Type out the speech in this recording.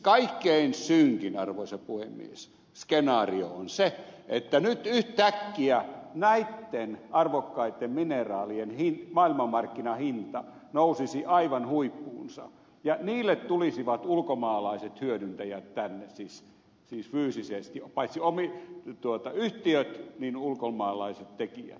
kaikkein synkin arvoisa puhemies skenaario on se että nyt yhtäkkiä näitten arvokkaitten mineraalien maailmanmarkkinahinta nousisi aivan huippuunsa ja niille tulisivat ulkomaalaiset hyödyntäjät tänne siis fyysisesti paitsi yhtiöt niin ulkomaalaiset tekijät